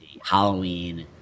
Halloween